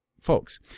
folks